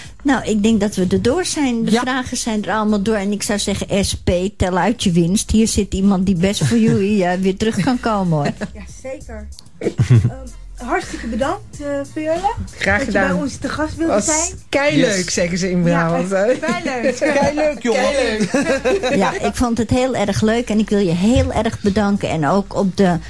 Nou, ik denk dat we er door zijn. De Ja. vragen zijn er allemaal door. En ik zou zeggen, SP, tel uit je winst. Hier zit iemand die best voor jullie, eh, weer terug kan komen, hoor. Ja, zeker. Ehm, hartstikke bedankt, eh, voor jullie, Graag dat je bij gedaan. ons te gast wilde Was zijn. keileuk, Yes. zeggen ze in Ja, Brabant, dat is hè? keileuk. Keileuk, jongen. Keileuk. Ja, ik vond het heel erg leuk en ik wil je heel erg bedanken. En ook op de